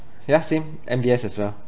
ya same M_B_S as well